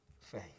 faith